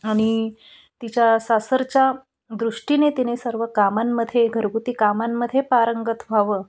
आणि तिच्या सासरच्या दृष्टीने तिने सर्व कामांमध्ये घरगुती कामांमध्ये पारंगत व्हावं